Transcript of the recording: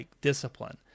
discipline